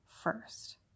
first